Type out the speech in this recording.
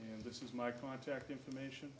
and this is my contact information